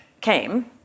came